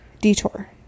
detour